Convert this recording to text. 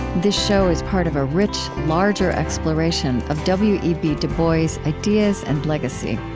this show is part of a rich, larger exploration of w e b. du bois's ideas and legacy.